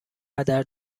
هدر